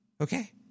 okay